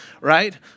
Right